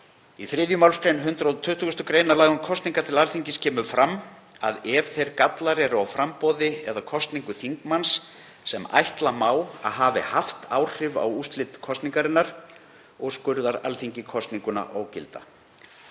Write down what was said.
Í 3. mgr. 120. gr. laga um kosningar til Alþingis kemur fram að „ef þeir gallar eru á framboði eða kosningu þingmanns sem ætla má að hafi haft áhrif á úrslit kosningarinnar úrskurðar Alþingi kosninguna hans ógilda“.